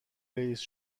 رییس